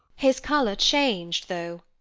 his colour changed though,